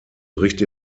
bricht